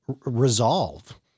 resolve